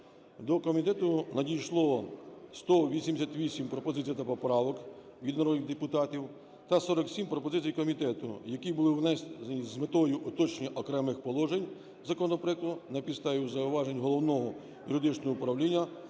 До комітету надійшло 188 пропозицій та поправок від народних депутатів та 47 пропозицій комітету, які були внесення з метою уточнення окремих положень законопроекту на підставі зауважень Головного юридичного управління